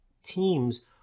Teams